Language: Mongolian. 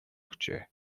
өгчээ